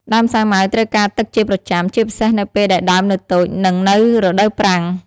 ដើមសាវម៉ាវត្រូវការទឹកជាប្រចាំ ជាពិសេសនៅពេលដែលដើមនៅតូច និងនៅរដូវប្រាំង។